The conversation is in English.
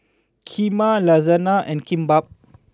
Kheema Lasagna and Kimbap